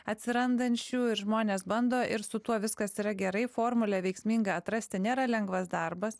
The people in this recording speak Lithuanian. atsirandančių ir žmonės bando ir su tuo viskas yra gerai formulę veiksmingą atrasti nėra lengvas darbas